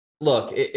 Look